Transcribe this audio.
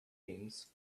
means